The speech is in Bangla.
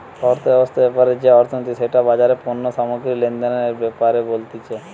অর্থব্যবস্থা ব্যাপারে যে অর্থনীতি সেটা বাজারে পণ্য সামগ্রী লেনদেনের ব্যাপারে বলতিছে